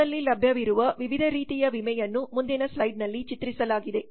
ಭಾರತದಲ್ಲಿ ಲಭ್ಯವಿರುವ ವಿವಿಧ ರೀತಿಯ ವಿಮೆಯನ್ನು ಮುಂದಿನ ಸ್ಲೈಡ್ನಲ್ಲಿ ಚಿತ್ರಿಸಲಾಗಿದೆ